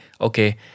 okay